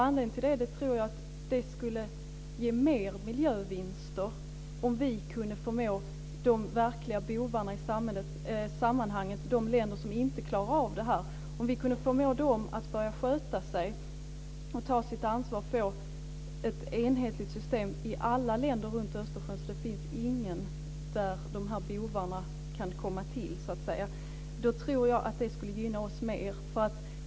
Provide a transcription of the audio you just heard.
Anledningen är att jag tror att det skulle ge mer miljövinster om vi kunde förmå de verkliga bovarna i sammanhanget, de länder som inte klarar av det här, att börja sköta sig och ta sitt ansvar och få ett enhetligt system för alla länder runt Östersjön. Då skulle det inte finnas någonstans där de här bovarna kunde komma till. Det tror jag skulle gynna oss mer.